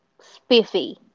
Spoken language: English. spiffy